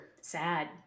sad